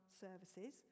services